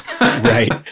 right